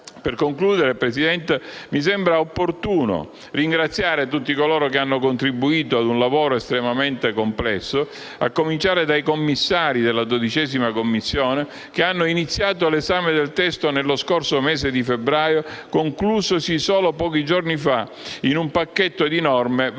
Per concludere, Presidente, mi sembra opportuno ringraziare tutti coloro che hanno contribuito ad un lavoro estremamente complesso, a cominciare dai commissari della 12a Commissione, che hanno iniziato l'esame del testo nello scorso mese di febbraio, conclusosi solo pochi giorni fa in un pacchetto di norme veramente